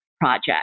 project